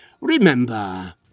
remember